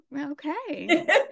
Okay